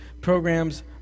programs